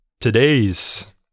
today's